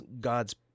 God's